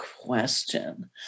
question